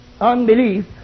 unbelief